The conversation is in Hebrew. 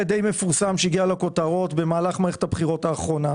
די מפורסם שהגיע לכותרות במהלך מערכת הבחירות האחרונה.